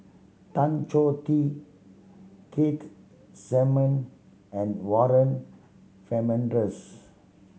Tan Choh Tee Keith Simmon and Warren Fernandez